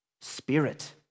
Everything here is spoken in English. spirit